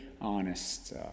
honest